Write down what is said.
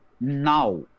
now